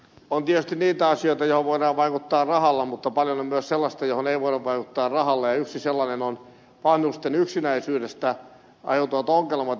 on tietysti niitä asioita joihin voidaan vaikuttaa rahalla mutta on paljon myös sellaista mihin ei voida vaikuttaa rahalla ja yksi sellainen on vanhusten yksinäisyydestä aiheutuvat ongelmat